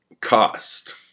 cost